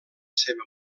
seva